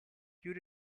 you